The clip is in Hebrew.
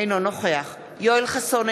אינו נוכח יואל חסון,